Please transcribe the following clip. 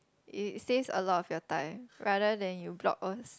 it saves a lot of your time rather than you block us